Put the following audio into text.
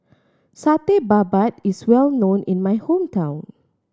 Satay Babat is well known in my hometown